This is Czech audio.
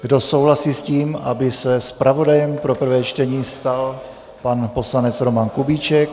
Kdo souhlasí s tím, aby se zpravodajem pro prvé čtení stal pan poslanec Roman Kubíček?